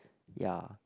ya